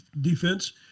defense